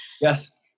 Yes